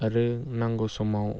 आरो नांगौ समाव